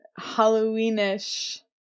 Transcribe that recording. Halloweenish